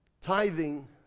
Tithing